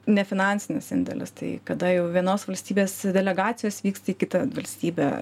ne finansinis indėlis tai kada jau vienos valstybės delegacijos vyksta į kitą valstybę